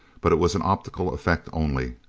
but it was an optical effect only.